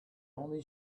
only